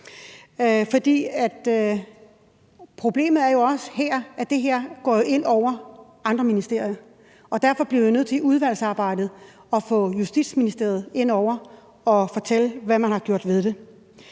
problemet er jo også, at det her går ind over andre ministerier, og derfor bliver vi nødt til i udvalgsarbejdet at få Justitsministeriet ind over for at fortælle, hvad man har gjort ved det.